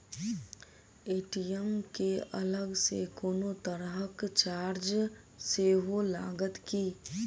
ATM केँ अलग सँ कोनो तरहक चार्ज सेहो लागत की?